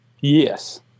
yes